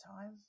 time